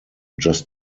just